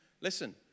Listen